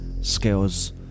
skills